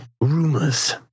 rumors